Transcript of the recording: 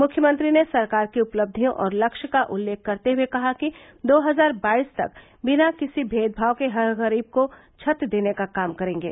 मुख्यमंत्री ने सरकार की उपलब्धियों और लक्ष्य का उल्लेख करते हुये कहा कि दो हजार बाईस तक बिना किसी भेदभाव के हर गरीब को छत देने का काम करेंगे